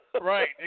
Right